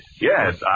yes